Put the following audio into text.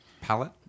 palette